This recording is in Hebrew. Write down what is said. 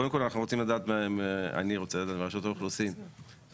קודם כל אני רוצה לדעת מרשות האוכלוסין מהי